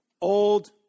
Old